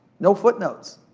no footnotes.